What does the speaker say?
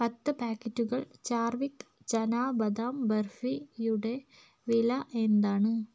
പത്ത് പാക്കറ്റുകൾ ചാർവിക് ചനാ ബദാം ബർഫിയുടെ വില എന്താണ്